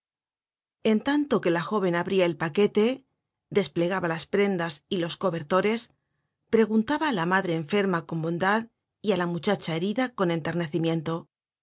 en tanto que la jóven abria el paquete desplegaba las prendas y los cobertores preguntaba á la madre enferma con bondad y á la muchacha herida con